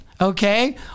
okay